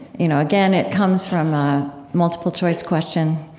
you know again, it comes from multiple-choice question,